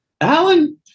alan